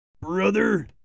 Brother